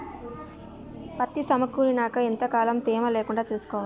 పత్తి సమకూరినాక ఎంత కాలం తేమ లేకుండా చూసుకోవాలి?